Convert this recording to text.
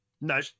No